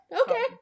Okay